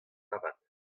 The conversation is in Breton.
avat